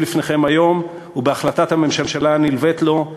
לפניכם היום ובהחלטת הממשלה הנלווית לו,